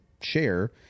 share